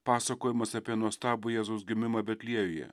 pasakojimas apie nuostabų jėzaus gimimą betliejuje